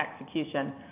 execution